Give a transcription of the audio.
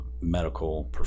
medical